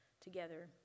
together